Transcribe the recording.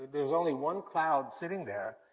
there's only one cloud sitting there,